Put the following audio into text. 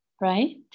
right